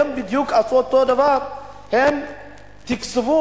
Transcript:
הם עשו בדיוק את אותו דבר: הם תקצבו,